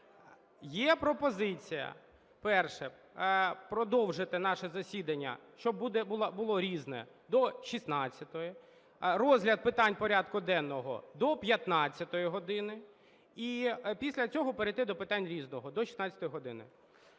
Є пропозиція. Перше. Продовжити наше засідання, щоб було "Різне", до 16-ї. Розгляд питань порядку денного – до 15 години. І після цього перейти до питань "Різного", до 16 години.